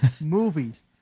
movies